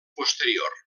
posterior